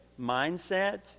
mindset